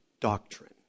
doctrine